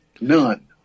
none